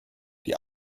die